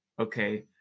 Okay